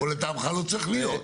או לטעמך לא צריך להיות?